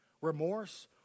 remorse